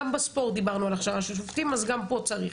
גם בספורט דיברנו על הכשרה של שופטים אז גם פה צריך.